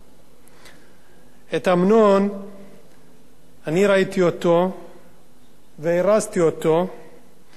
את אמנון ראיתי והערצתי ב"מבצע שלמה"